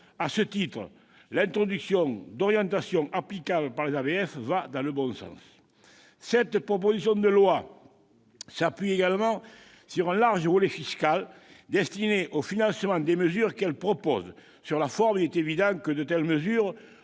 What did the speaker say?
À ce titre, l'introduction d'orientations applicables par les ABF va dans le bon sens. La proposition de loi s'appuie également sur un large volet fiscal, destiné au financement des mesures qu'elle propose. Sur la forme, il est évident que de telles mesures